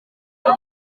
com